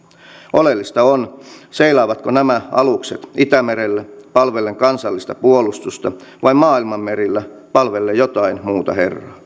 oleellista on seilaavatko nämä alukset itämerellä palvellen kansallista puolustusta vai maailman merillä palvellen jotain muuta herraa